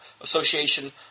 Association